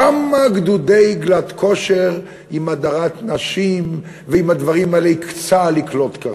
כמה גדודי "גלאט כושר" עם הדרת נשים ועם הדברים האלה צה"ל יקלוט כרגע?